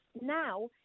now